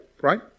right